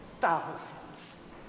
thousands